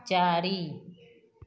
चारि